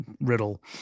riddle